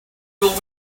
will